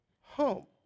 home